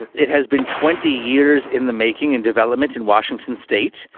it has been twenty years in the making and developments in washington state.